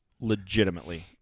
Legitimately